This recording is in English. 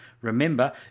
remember